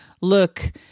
look